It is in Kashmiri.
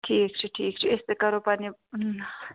ٹھیٖک چھُ ٹھیٖک چھُ أسۍ تہِ کَرو پَننہِ